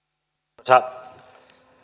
arvoisa